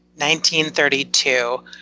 1932